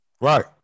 Right